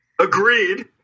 Agreed